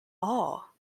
all